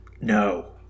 No